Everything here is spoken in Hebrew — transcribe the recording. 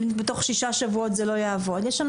אם בתוך שישה שבועות זה לא יעבוד,